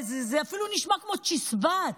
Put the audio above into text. זה אפילו נשמע כמו צ'יזבט,